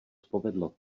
povedlo